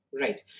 right